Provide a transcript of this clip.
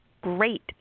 great